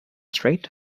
straight